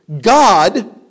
God